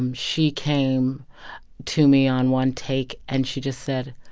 um she came to me on one take, and she just said,